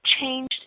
changed